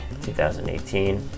2018